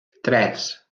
tres